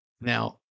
now